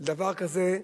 דבר כזה,